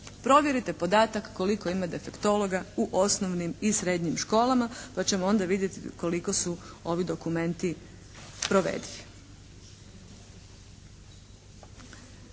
Provjerite podatak koliko ima defektologa u osnovnim i srednjim školama pa ćemo onda vidjeti koliko su ovi dokumenti provedivi.